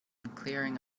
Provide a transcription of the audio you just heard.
clearing